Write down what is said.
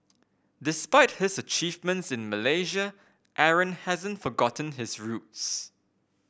despite his achievements in Malaysia Aaron hasn't forgotten his roots